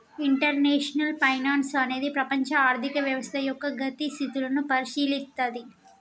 international finance అనేది ప్రపంచ ఆర్థిక వ్యవస్థ యొక్క గతి స్థితులను పరిశీలిత్తది